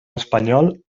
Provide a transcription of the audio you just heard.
espanyol